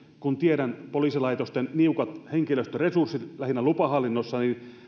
kun tiedän poliisilaitosten niukat henkilöstöresurssit lähinnä lupahallinnossa